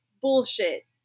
bullshit